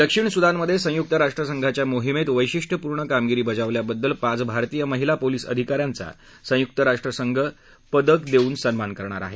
दक्षिण सुदानमधे संयुक्त राष्ट्रसंघाच्या मोहिमेत वैशिष्ट्यपूर्ण कामगिरी बजावल्याबद्दल पाच भारतीय महिला पोलिस अधिका यांचा संयुक्त राष्ट्रसंघ पदक देऊन सन्मान करणार आहे